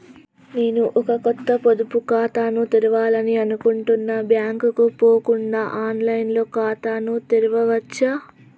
నేను ఒక కొత్త పొదుపు ఖాతాను తెరవాలని అనుకుంటున్నా బ్యాంక్ కు పోకుండా ఆన్ లైన్ లో ఖాతాను తెరవవచ్చా?